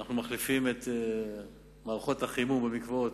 אנחנו מחליפים את מערכות החימום במקוואות,